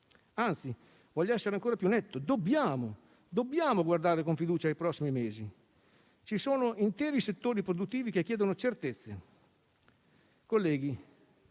Anzi, voglio essere ancora più netto: dobbiamo guardare con fiducia ai prossimi mesi. Ci sono interi settori produttivi che chiedono certezze.